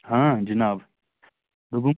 ہاں جِناب دوٚپُم